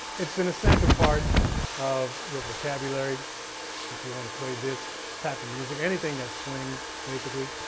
it's an essential part of your vocabulary if you want to play this type of music, anything that swings basically.